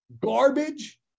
Garbage